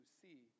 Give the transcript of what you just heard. see